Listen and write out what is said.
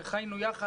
וחיינו ביחד,